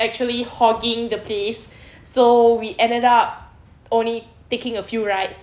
actually hogging the place so we ended up only taking a few rides